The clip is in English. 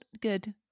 good